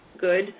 good